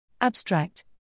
Abstract